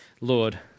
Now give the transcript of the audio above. Lord